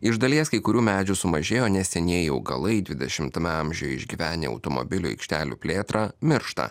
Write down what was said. iš dalies kai kurių medžių sumažėjo neseniai augalai dvidešimtame amžiuj išgyvenę automobilių aikštelių plėtrą miršta